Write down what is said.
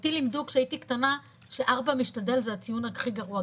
אותי לימדו כשהייתי קטנה שא-4 משתדל זה הציון הכי גרוע,